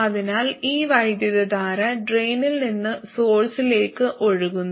അതിനാൽ ഈ വൈദ്യുതധാര ഡ്രെയിനിൽ നിന്ന് സോഴ്സിലേക്ക് ഒഴുകുന്നു